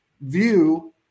view